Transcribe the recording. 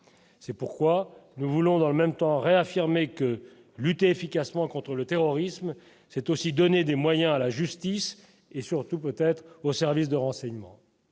c'est pourquoi nous voulons dans le même temps réaffirmé que lutter efficacement contre le terrorisme, c'est aussi donner des moyens à la justice, et surtout peut-être au services de renseignement.